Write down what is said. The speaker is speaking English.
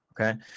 okay